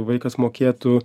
vaikas mokėtų